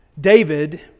David